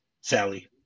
Sally